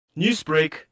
Newsbreak